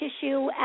tissue